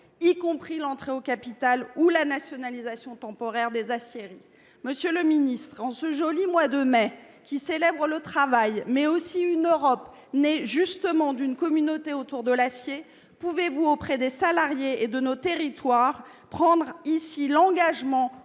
y compris l'entrée au capital ou la nationalisation temporaire des aciéries. Monsieur le ministre, en ce joli mois de mai, qui célèbre le travail, mais aussi une Europe née justement d'une communauté autour de l'acier, pouvez-vous auprès des salariés et de nos territoires prendre ici l'engagement